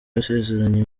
yasezeranye